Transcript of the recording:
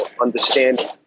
understanding